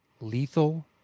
Lethal